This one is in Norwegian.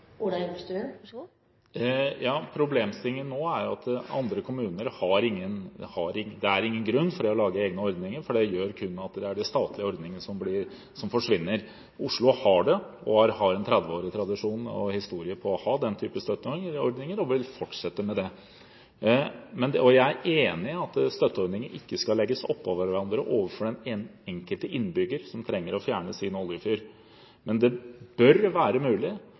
Problemstillingen nå er at andre kommuner har ingen grunn til å lage egne ordninger, for det gjør kun at det er de statlige ordningene som forsvinner. Oslo har det, og har en 30-årig tradisjon og historie for å ha den typen støtteordninger og vil fortsette med det. Jeg er enig i at støtteordninger ikke skal legges oppå hverandre overfor den enkelte innbygger som trenger å fjerne sin oljefyr. Men det bør være mulig.